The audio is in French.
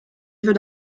voeux